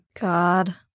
God